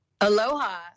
Aloha